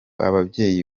ababyeyi